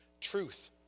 Truth